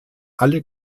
alle